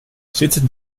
zitten